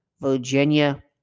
Virginia